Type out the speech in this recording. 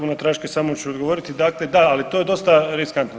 Unatraške samo ću odgovoriti, dakle, da, ali to je dosta riskantno.